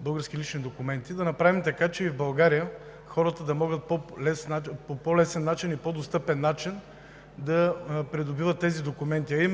български лични документи. Да направим така, че и в България хората да могат по по-лесен и по-достъпен начин да придобиват тези документи.